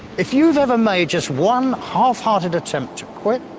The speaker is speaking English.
if you've ever made just one half-hearted attempt to quit,